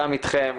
גם אתכם,